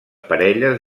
parelles